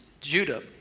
Judah